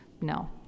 no